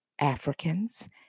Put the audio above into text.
Africans